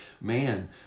man